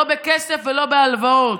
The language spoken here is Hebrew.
לא בכסף ולא בהלוואות.